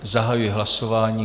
Zahajuji hlasování.